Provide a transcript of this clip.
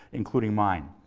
including mine.